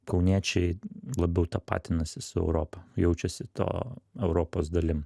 kauniečiai labiau tapatinasi su europa jaučiasi to europos dalim